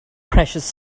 precious